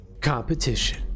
competition